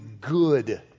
good